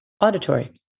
Auditory